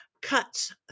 Cuts